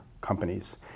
companies